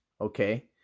Okay